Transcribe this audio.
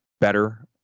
better